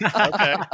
Okay